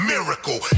Miracle